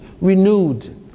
renewed